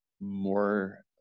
more